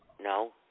No